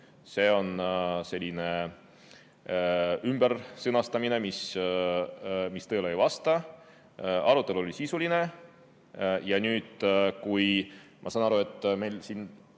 see on ümbersõnastamine, mis tõele ei vasta. Arutelu oli sisuline. Ja nüüd, kui ma saan aru, et meil